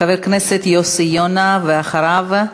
חבר הכנסת יוסי יונה, ואחריו,